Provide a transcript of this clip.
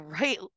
right